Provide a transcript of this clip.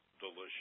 Delicious